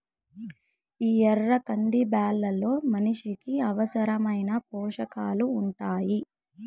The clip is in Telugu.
ఈ ఎర్ర కంది బ్యాళ్ళలో మనిషికి అవసరమైన పోషకాలు ఉంటాయి